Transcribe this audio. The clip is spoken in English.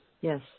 Yes